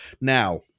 Now